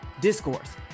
Discourse